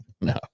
No